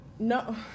No